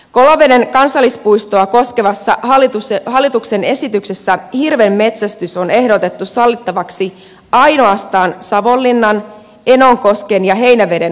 koloveden kansallispuistoa koskevassa hallituksen esityksessä hirvenmetsästys on ehdotettu sallittavaksi ainoastaan savonlinnan enonkosken ja heinäveden asukkaille